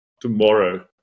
tomorrow